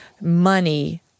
money